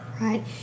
Right